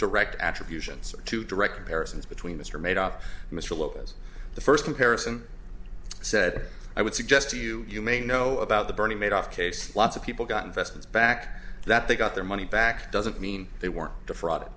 direct attributions to direct comparisons between mr made up mr lopez the first comparison said i would suggest to you you may know about the bernie madoff case lots of people got investments back that they got their money back doesn't mean they were defraud